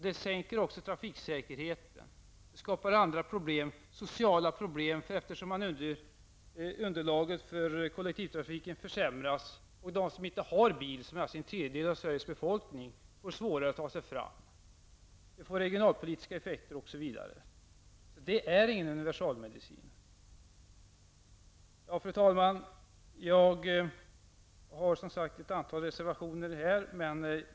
De sänker också trafiksäkerheten och skapar även sociala problem, eftersom underlaget för kollektivtrafiken försämras och de som inte har bil -- en tredjedel av Sveriges befolkning -- får svårare att ta sig fram. Det får även regionalpolitiska effekter osv. Nya och stora vägar är alltså ingen universalmedicin. Fru talman! Jag har som sagt fogat ett antal reservationer till betänkandet.